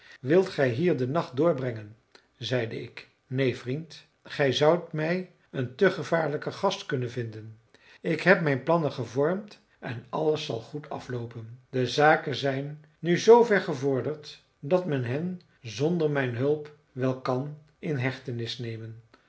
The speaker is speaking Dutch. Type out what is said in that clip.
wilt gij hier den nacht doorbrengen zeide ik neen vriend gij zoudt mij een te gevaarlijken gast kunnen vinden ik heb mijn plannen gevormd en alles zal goed afloopen de zaken zijn nu zoover gevorderd dat men hen zonder mijn hulp wel kan in hechtenis nemen